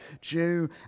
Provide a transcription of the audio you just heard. Jew